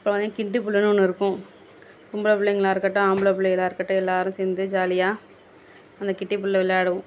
அப்போ வந்து கிட்டி புல்லுன்னு ஒன்று இருக்கும் பொம்பளை பிள்ளைங்களா இருக்கட்டும் ஆம்பளை பிள்ளைங்களா இருக்கட்டும் எல்லோரும் சேர்ந்து ஜாலியாக அந்த கிட்டி புல்லை விளாடுவோம்